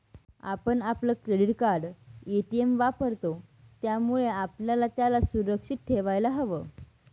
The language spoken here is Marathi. आपण आपलं क्रेडिट कार्ड, ए.टी.एम वापरतो, त्यामुळे आपल्याला त्याला सुरक्षित ठेवायला हव